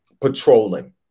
patrolling